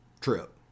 trip